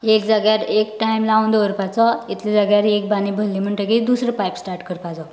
एक जाग्यार एक टायम लावन दवरपाचो इतले जाग्यार एक बांदी भरली म्हणटगीच दुसरो पायप स्टार्ट करपाचो